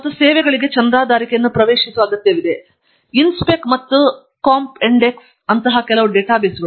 ಮತ್ತು ಈ ಸೇವೆಗಳಿಗೆ ಚಂದಾದಾರಿಕೆಯನ್ನು ಪ್ರವೇಶಿಸುವ ಅಗತ್ಯವಿದೆ INSPEC ಮತ್ತು COMPENDEX ಅಂತಹ ಕೆಲವು ಡೇಟಾಬೇಸ್ಗಳು